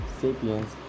sapiens